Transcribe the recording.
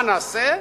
מה נעשה?